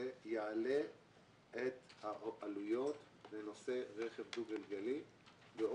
יעלה את העלויות בנושא רכב דו גלגלי.